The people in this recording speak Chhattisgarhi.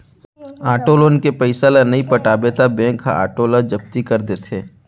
आटो लोन के पइसा ल नइ पटाबे त बेंक ह आटो ल जब्ती कर लेथे